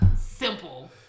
simple